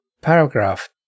paragraph